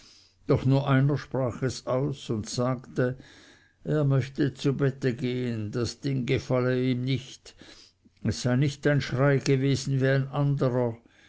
doch nur einer sprach es aus und sagte er möchte zu bette gehen das ding gefalle ihm nicht es sei nicht ein schrei gewesen wie ein anderer